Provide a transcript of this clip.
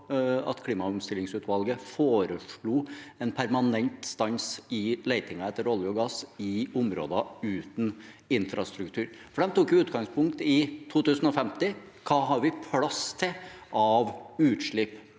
klimaomstillingsutvalget foreslo en permanent stans i letingen etter olje og gass i områder uten infrastruktur. De tok utgangspunkt i 2050 – hva har vi plass til av utslipp